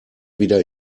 wieder